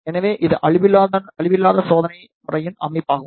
எனவே இது அழிவில்லாத சோதனை முறையின் அமைப்பாகும்